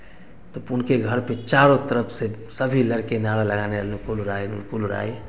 तब उनके घर पर चारों तरफ़ से सभी लड़के नारा लगाने अनुकूल राय अनुकूल राय